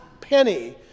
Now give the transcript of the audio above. penny